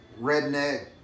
redneck